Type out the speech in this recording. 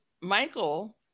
Michael